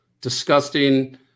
disgusting